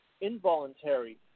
involuntary